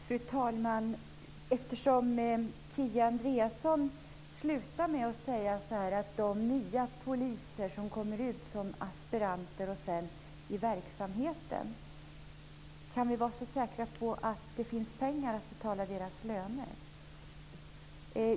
Fru talman! Kia Andreasson slutar med att nämna de nya poliser som kommer ut som aspiranter och sedan kommer in i verksamheten. Kan vi vara så säkra på att det finns pengar att betala deras löner?